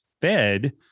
fed